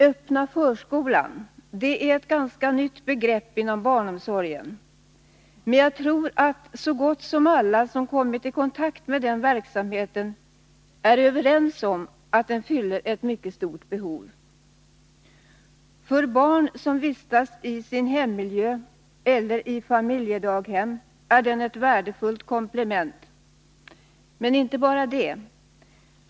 Öppna förskolan är ett ganska nytt begrepp inom barnomsorgen, men jag tror att så gott som alla som har kommit i kontakt med den verksamheten är eniga om att den fyller ett mycket stort behov. För barn som vistas i sin hemmiljö eller i familjedaghem är den ett värdefullt komplement, men inte bara det.